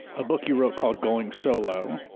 a book you wrote called going solo,